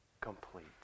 complete